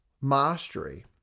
mastery